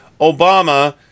Obama